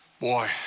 boy